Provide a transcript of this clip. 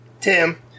Tim